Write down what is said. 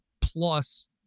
plus